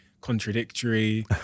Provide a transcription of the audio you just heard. contradictory